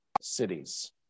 cities